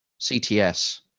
CTS